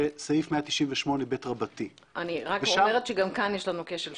זה סעיף 198ב. גם כאן יש לנו כשל שוק.